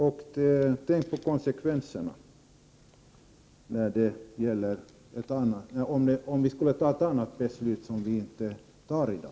Och tänk på konsekvenserna, om vi skulle fatta ett annat beslut än det vi kommer att fatta i dag!